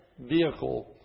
vehicle